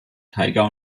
tiger